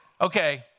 okay